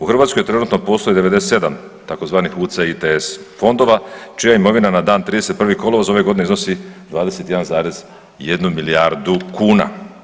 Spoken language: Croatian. U Hrvatskoj trenutno postoji 97 tzv. UCITS fondova čija imovina na dan 31. kolovoza ove godine iznosi 21,1 milijardu kuna.